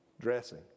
dressing